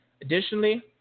Additionally